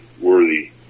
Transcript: worthy